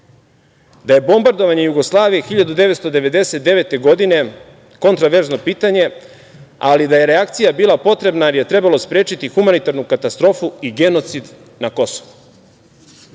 da je bombardovanje Jugoslavije 1999. godine kontroverzno pitanje, ali da je reakcija bila potrebna jer je trebalo sprečiti humanitarnu katastrofu i genocid na Kosovu.